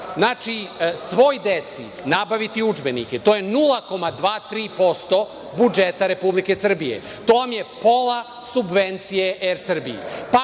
nazad, svoj deci nabaviti udžbenike, to je 0,2% – 0,3% budžeta Republike Srbije. To vam je pola subvencije „ER Srbije“.